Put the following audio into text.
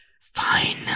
fine